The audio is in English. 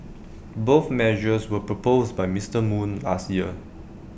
both measures were proposed by Mister moon last year